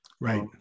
Right